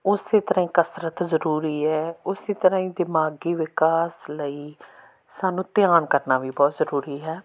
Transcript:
ਉਸ ਤਰ੍ਹਾਂ ਹੀ ਕਸਰਤ ਜ਼ਰੂਰੀ ਹੈ ਉਸ ਤਰ੍ਹਾਂ ਹੀ ਦਿਮਾਗੀ ਵਿਕਾਸ ਲਈ ਸਾਨੂੰ ਧਿਆਨ ਕਰਨਾ ਵੀ ਬਹੁਤ ਜ਼ਰੂਰੀ ਹੈ